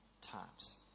times